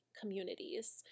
communities